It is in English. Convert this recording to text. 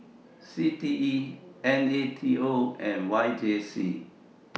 CTE NATO and YJC